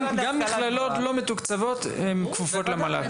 גם מכללות לא מתוקצבות הן כפופות למל"ג.